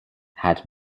had